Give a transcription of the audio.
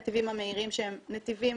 אנחנו מקדמים את הנתיבים המהירים שהם נתיבים